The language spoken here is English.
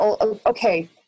okay